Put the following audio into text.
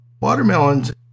watermelons